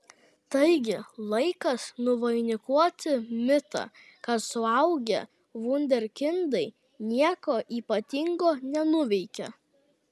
taigi laikas nuvainikuoti mitą kad suaugę vunderkindai nieko ypatingo nenuveikia